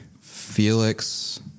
Felix